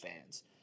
fans